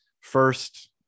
first